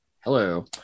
Hello